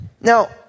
Now